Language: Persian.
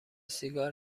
سیگار